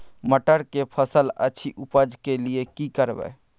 मटर के फसल अछि उपज के लिये की करबै?